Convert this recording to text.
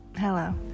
hello